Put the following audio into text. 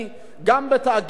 גם כאנשים פרטיים,